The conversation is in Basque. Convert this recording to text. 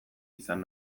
izan